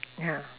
ya